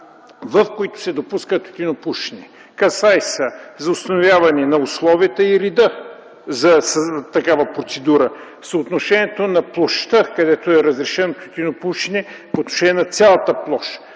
в които се допуска тютюнопушене. Касае се за установяване на условията и реда за такава процедура; съотношението на площта, където е разрешено тютюнопушене, по отношение на цялата площ;